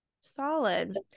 solid